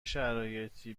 شرایطی